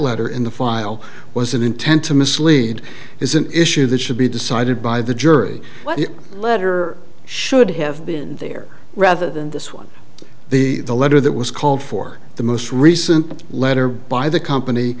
letter in the file was an intent to mislead is an issue that should be decided by the jury what letter should have been there rather than this one the the letter that was called for the most recent letter by the company